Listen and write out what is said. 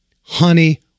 honey